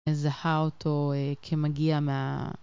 איזה חאוטו כמגיע מה...